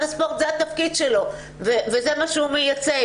זה התפקיד של משרד הספורט וזה מה שהוא מייצג